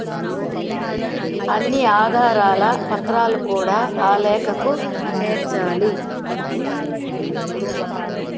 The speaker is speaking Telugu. అన్ని ఆధారాల పత్రాలు కూడా ఆ లేఖకు చేర్చాలి